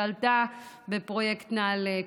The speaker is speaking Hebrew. שעלתה בפרויקט נעל"ה,